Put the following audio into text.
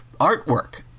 artwork